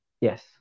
Yes